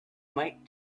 might